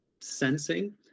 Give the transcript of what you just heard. sensing